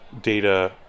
data